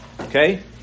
Okay